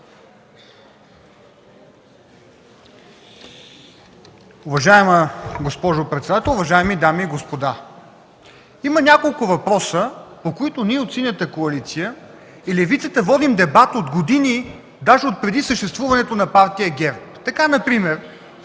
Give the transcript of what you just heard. Уважаема госпожо председател, уважаеми дами и господа! Има няколко въпроса, по които ние от Синята коалиция и левицата водим дебат от години, даже отпреди съществуването на партия ГЕРБ. Така например